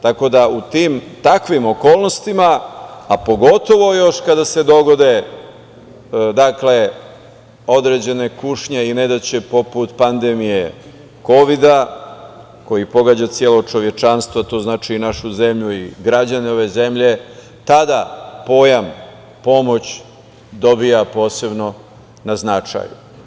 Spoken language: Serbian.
Tako da, u tim i takvim okolnostima, a pogotovo još kada se dogode određene kušnje i nedaće, poput pandemije Kovida, koji pogađa celo čovečanstvo, to znači i našu zemlju i građane ove zemlje, tada pojam pomoć dobija posebno na značaju.